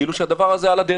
כאילו שהדבר הזה על הדרך.